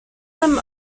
them